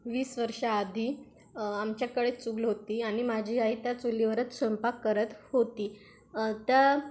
वीस वर्षाआधी आमच्याकडे चूल होती आणि माझी आई त्या चुलीवरच स्वयंपाक करत होती त्या